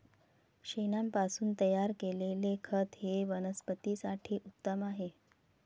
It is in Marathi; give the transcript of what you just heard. शेणापासून तयार केलेले खत हे वनस्पतीं साठी उत्तम आहे